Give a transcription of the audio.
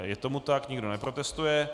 Je tomu tak, nikdo neprotestuje.